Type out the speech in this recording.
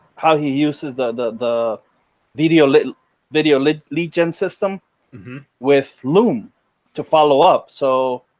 how he uses the video, little video lead lead gen system with loom to follow up. so